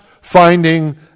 finding